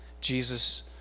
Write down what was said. jesus